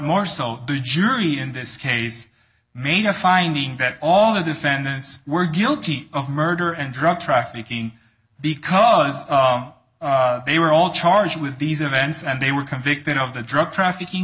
more so the jury in this case made a finding that all the defendants were guilty of murder and drug trafficking because they were all charged with these events and they were convicted of the drug trafficking